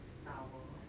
sour